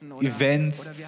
events